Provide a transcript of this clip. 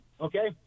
okay